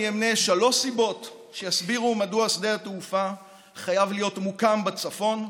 אמנה שלוש סיבות שיסבירו מדוע שדה התעופה חייב להיות מוקם בצפון,